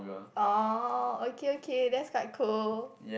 oh okay okay that's quite cool